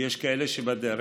ויש כאלה שבדרך,